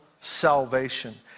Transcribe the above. salvation